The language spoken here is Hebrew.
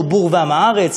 הוא בור ועם הארץ.